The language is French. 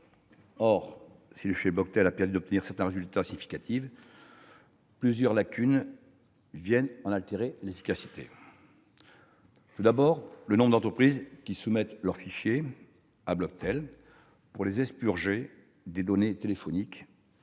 Or, si le fichier Bloctel a permis d'obtenir certains résultats significatifs, plusieurs lacunes viennent en altérer l'efficacité. Tout d'abord, le nombre d'entreprises qui soumettent leurs fichiers à Bloctel, pour les expurger des données téléphoniques